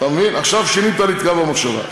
עכשיו שינית לי את קו המחשבה.